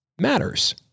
matters